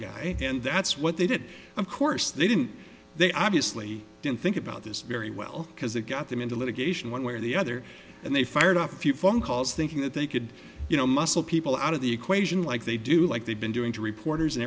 guy and that's what they did of course they didn't they obviously didn't think about this very well because it got them into litigation one way or the other and they fired off a few phone calls thinking that they could you know muscle people out of the equation like they do like they've been doing to reporters and